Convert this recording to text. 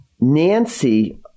Nancy